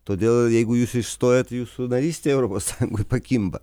todėl jeigu jūs išstojat jūsų narystė europo sąjungoj pakimba